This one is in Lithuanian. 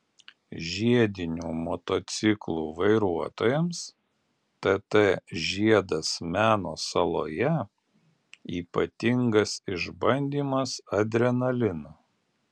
žiedinių motociklų vairuotojams tt žiedas meno saloje ypatingas išbandymas adrenalinu